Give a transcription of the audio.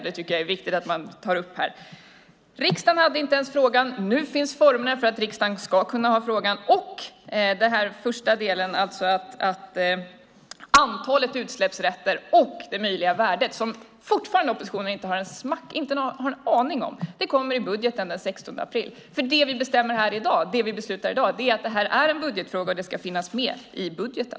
Det är viktigt att ta upp. Riksdagen hade inte ens frågan. Nu finns formerna för att riksdagen ska kunna ha frågan. Den första delen om antalet utsläppsrätter och det möjliga värdet, vilket oppositionen fortfarande inte har en aning om, kommer i budgeten den 16 april. Det vi beslutar i dag är att det är en budgetfråga som ska finnas med i budgeten.